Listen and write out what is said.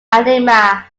anemia